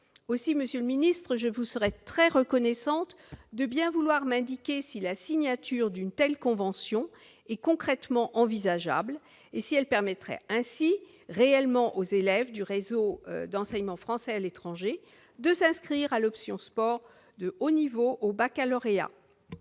Aussi, monsieur le secrétaire d'État, je vous serais très reconnaissante de bien vouloir m'indiquer si la signature d'une telle convention est concrètement envisageable et si elle permettra réellement aux élèves du réseau d'enseignement français à l'étranger de s'inscrire à l'option sport de haut niveau au baccalauréat.